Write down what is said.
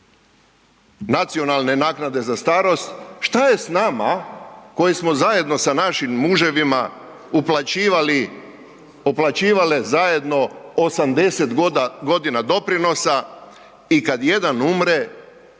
nacionalne naknade za starost. Šta je s nama koji smo zajedno sa našim muževima uplaćivali, uplaćivale zajedno 80.g. doprinosa i kad jedan umre,